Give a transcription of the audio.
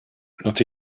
not